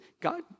God